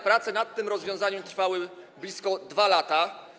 Prace nad tym rozwiązaniem trwały blisko 2 lata.